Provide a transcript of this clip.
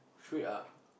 sweet ah